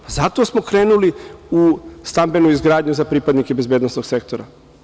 Zato smo krenuli u stambenu izgradnju za pripadnike bezbednosnog sektora.